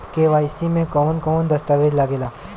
KYC में कवन कवन दस्तावेज लागे ला?